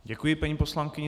Děkuji paní poslankyni.